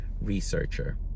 researcher